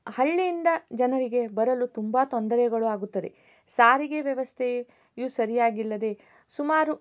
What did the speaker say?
ಹಳ್ಳಿಯಿಂದ ಜನರಿಗೆ ಬರಲು ತುಂಬ ತೊಂದರೆಗಳು ಆಗುತ್ತದೆ ಸಾರಿಗೆ ವ್ಯವಸ್ಥೆಯು ಇವು ಸರಿಯಾಗಿಲ್ಲದೆ ಸುಮಾರು